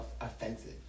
offensive